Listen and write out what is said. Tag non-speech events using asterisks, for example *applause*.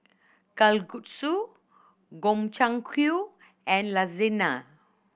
Kalguksu Gobchang *unintelligible* and Lasagne